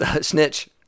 Snitch